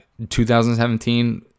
2017